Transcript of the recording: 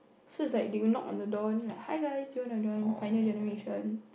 so is like they will knock on the door and hi guys do you want to join pioneer-generation